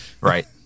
Right